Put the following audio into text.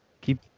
keep